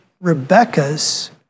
Rebecca's